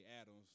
Adams